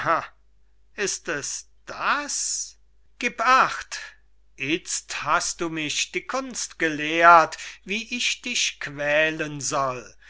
ist es das gib acht izt hast du mich die kunst gelehrt wie ich dich quälen soll